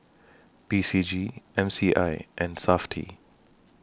P C G M C I and Safti